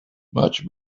much